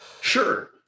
sure